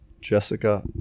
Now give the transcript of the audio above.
Jessica